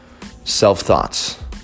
self-thoughts